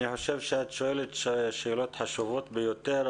אני חושב שאת שואלת שאלות חשובות ביותר.